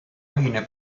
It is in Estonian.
ühine